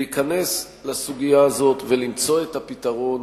להיכנס לסוגיה הזאת ולמצוא את הפתרון